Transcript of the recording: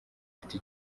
afite